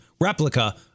replica